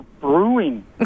brewing